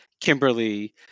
Kimberly